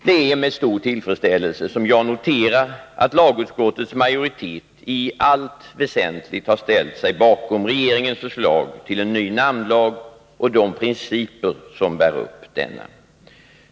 Det är med tillfredsställelse som jag noterar att lagutskottets majoritet i allt väsentligt har ställt sig bakom regeringens förslag till en ny namnlag och de principer som bär upp denna.